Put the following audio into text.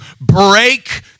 break